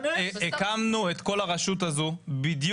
הקמנו את כל הרשות בדיוק,